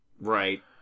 Right